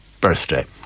birthday